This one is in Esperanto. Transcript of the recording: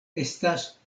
estas